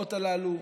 התופעות הללו,